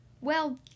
Well